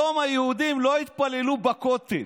היום היהודים לא יתפללו בכותל.